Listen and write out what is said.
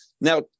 Now